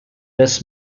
this